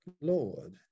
Lord